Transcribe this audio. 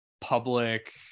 public